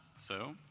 so,